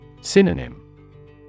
Synonym